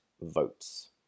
votes